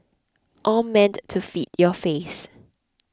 all meant to feed your face